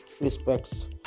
respects